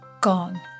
gone